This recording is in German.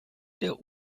der